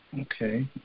Okay